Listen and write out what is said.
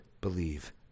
believe